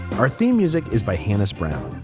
our theme music is by janice brown.